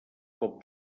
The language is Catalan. com